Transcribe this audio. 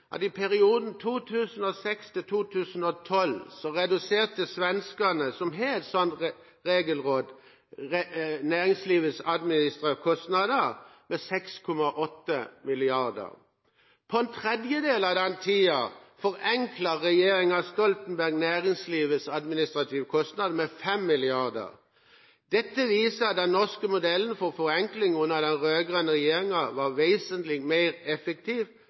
at i perioden 2006–2012 reduserte svenskene – som har et slikt regelråd – næringslivets administrative kostnader med 6,8 mrd. kr. På en tredjedel av den tiden forenklet regjeringen Stoltenberg næringslivets administrative kostnader med 5 mrd. kr. Dette viser at den norske modellen for forenkling under den rød-grønne regjeringen var vesentlig mer effektiv